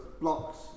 blocks